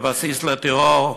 לבסיס לטרור.